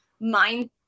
mind